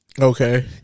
Okay